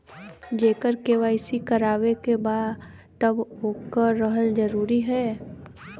जेकर के.वाइ.सी करवाएं के बा तब ओकर रहल जरूरी हे?